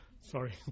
Sorry